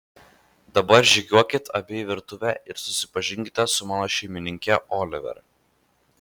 dabar žygiuokit abi į virtuvę ir susipažinkit su mano šeimininke oliver